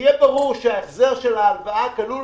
שיהיה ברור שההחזר של ההלוואה כלול